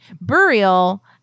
Burial